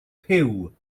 puw